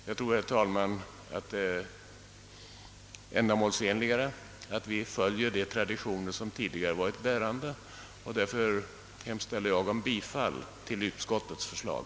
Jag tror, herr talman, att det är ändamålsenligast att vi följer de traditioner som tidigare varit bärande, och därför yrkar jag bifall till utskottets hemställan.